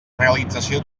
realització